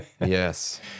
Yes